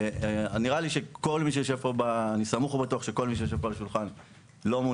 אני סמוך ובטוח שכל מי שיושב פה מסביב לשולחן